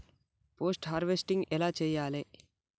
Post harvesting ఎలా చెయ్యాలే?